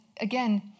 again